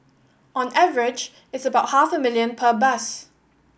on average it's about half a million per bus